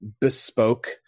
bespoke